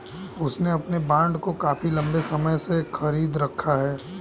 उसने अपने बॉन्ड को काफी लंबे समय से खरीद रखा है